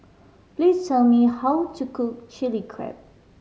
please tell me how to cook Chilli Crab